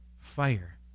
fire